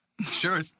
Sure